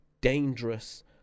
dangerous